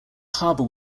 harbour